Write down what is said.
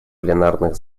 пленарных